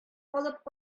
алып